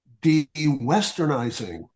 de-Westernizing